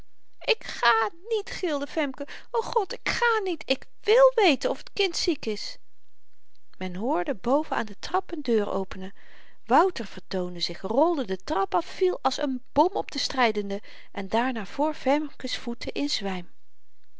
ik ga niet gilde femke o god ik ga niet ik wil weten of t kind ziek is men hoorde boven aan de trap een deur openen wouter vertoonde zich rolde de trap af viel als een bom op de strydenden en daarna voor femke's voeten in zwym